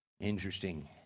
interesting